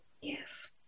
Yes